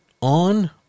On